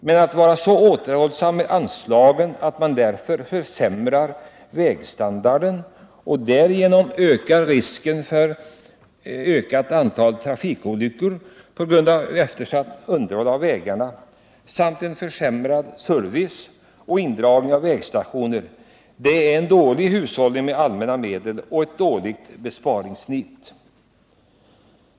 Men att vara så återhållsam med anslagen att vägstandarden försämras till den grad att risken för trafikolyckor ökar på grund av eftersatt underhåll av vägarna, försämring av servicen och indragning av vägstationer är en dålig hushållning med allmänna medel och dåligt besparingsnit.